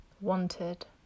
wanted